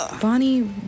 Bonnie